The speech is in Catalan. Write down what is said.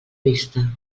vista